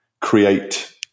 create